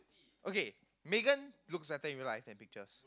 okay Megan looks better in real life than pictures